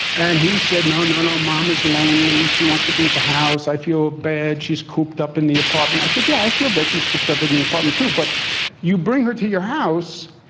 and he said, no, no, no, mom is lonely. she wants to be at the house. i feel bad. she's cooped up in the apartment. i said, yeah, i feel bitches cooped up in the apartment, too. but you bring her to your house,